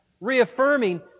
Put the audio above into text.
reaffirming